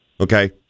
okay